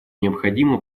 необходимо